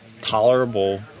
tolerable